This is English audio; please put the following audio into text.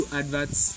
adverts